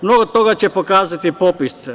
Mnogo toga će pokazati popis.